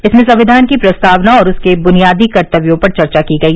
इसमें संविधान की प्रस्तावना और उसके बुनियादी कर्तव्यों पर चर्चा की गई